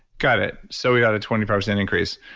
got it, so we got a twenty five percent increase.